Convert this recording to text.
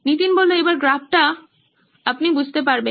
নীতিন এবার গ্রাফটা তুমি বুঝতে পারবে